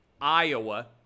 Iowa